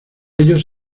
ellos